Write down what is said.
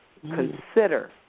consider